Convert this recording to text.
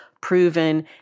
proven